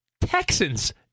Texans